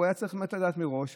והוא היה צריך באמת לדעת מראש,